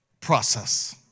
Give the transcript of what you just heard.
process